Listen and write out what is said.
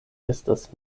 estas